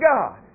God